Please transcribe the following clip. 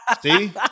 See